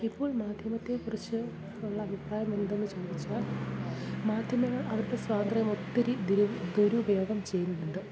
ഇപ്പോൾ മാധ്യമത്തെക്കുറിച്ച് ഉള്ള അഭിപ്രായം എന്തെന്ന് ചോദിച്ചാൽ മാധ്യമങ്ങൾ അവരുടെ സ്വാതന്ത്ര്യം ഒത്തിരി ദുരു ദുരുപയോഗം ചെയ്യുന്നുണ്ട്